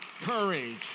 courage